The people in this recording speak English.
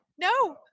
No